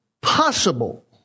possible